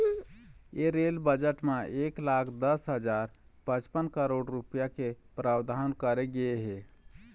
ए rail budget म एक लाख दस हजार पचपन करोड़ रूपिया के प्रावधान करे गे हे